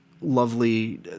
lovely